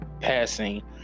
passing